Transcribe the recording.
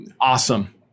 awesome